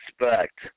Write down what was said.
expect